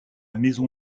maison